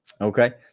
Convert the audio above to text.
okay